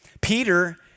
Peter